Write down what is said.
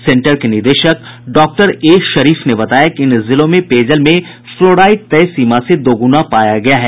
centre के निदेशक doctor A Sharif ने बताया कि इन जिलों में पेयजल में फ्लोराईड तय सीमा से दोगुना पाया गया है